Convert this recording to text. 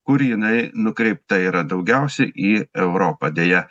kur jinai nukreipta yra daugiausiai į europą deja